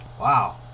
Wow